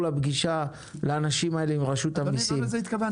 להם פגישה עם רשות המיסים -- לא לזה התכוונתי.